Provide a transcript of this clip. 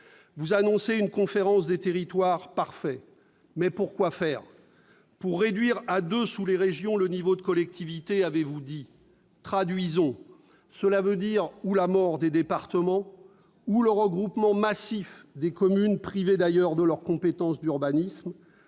Vous annoncez une conférence des territoires : parfait. Mais pour quoi faire ? Pour réduire à deux, sous les régions, les niveaux de collectivités, avez-vous dit. Traduisons : cela signifie ou la mort des départements, ou le regroupement massif de communes qui seraient d'ailleurs privées de leurs compétences d'urbanisme.